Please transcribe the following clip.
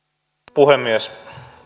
puhemies